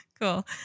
Cool